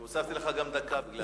הוספתי לך גם דקה בגלל זה.